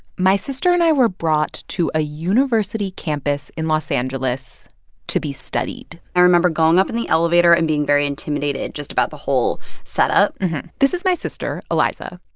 my sister and i were brought to a university campus in los angeles to be studied i remember going up in the elevator and being very intimidated just about the whole setup this is my sister, eliza.